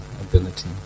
ability